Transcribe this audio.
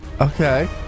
Okay